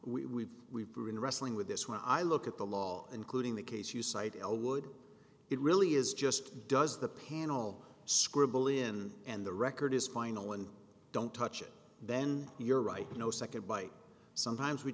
we bring wrestling with this when i look at the law including the case you cite ellwood it really is just does the panel scribble in and the record is final and don't touch it then you're right no second by sometimes we